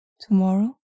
Tomorrow